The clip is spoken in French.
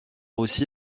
aussi